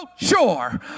sure